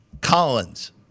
Collins